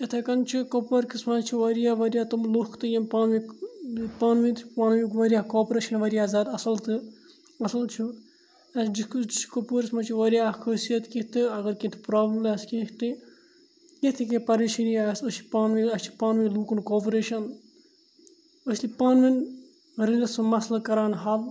یِتھَے کٔنۍ چھِ کُپوارکِس منٛز چھِ واریاہ واریاہ تِم لُکھ تہٕ یِم پانہٕ ؤنۍ پانہٕ ؤنۍ تہٕ پانہٕ ؤنۍ واریاہ کاپریشَن واریاہ زیادٕ اَصٕل تہٕ اَصٕل چھُ اَسہِ کُپووٲرِس منٛز چھِ واریاہ اَکھ خٲصیت کینٛہہ تہٕ اگر کینٛہہ تہِ پرٛابلِم آسہِ کینٛہہ تہِ کینٛہہ تہِ کینٛہہ پریشٲنی آسہِ أسۍ چھِ پانہٕ ؤنۍ اَسہِ چھِ پانہٕ ؤنۍ لوٗکَن کاپریشَن أسۍ چھِ پانہٕ ؤنۍ رٔلِتھ سُہ مَسلہٕ کَران حَل